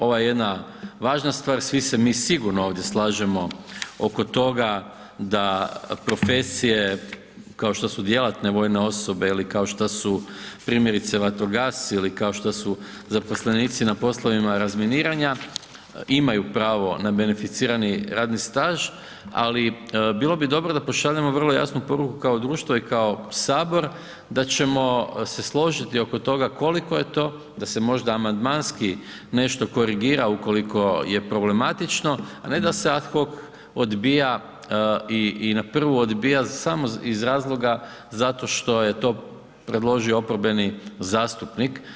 Ovo je jedna važna stvar, svi se mi sigurno ovdje slažemo oko toga da profesije kao što su djelatne vojne osobe ili kao šta su primjerice vatrogasci ili kao što su zaposlenici na poslovima razminiranja, imaju pravo na beneficirani radni staž, ali bilo bi dobro da pošaljemo vrlo jasnu poruku kao društvo i kao sabor da ćemo se složiti oko toga koliko je to, da se možda amandmanski nešto korigira ukoliko je problematično, a ne da se ad hoc odbija i na prvu odbija samo iz razloga zato što je to predložio oporbeni zastupnik.